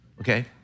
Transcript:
okay